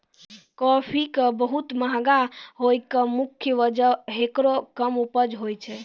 काफी के बहुत महंगा होय के मुख्य वजह हेकरो कम उपज होय छै